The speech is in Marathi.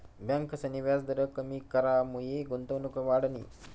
ब्यांकसनी व्याजदर कमी करामुये गुंतवणूक वाढनी